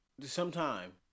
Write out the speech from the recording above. sometime